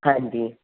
ਹਾਂਜੀ